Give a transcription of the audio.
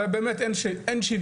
הרי באמת אין שוויון,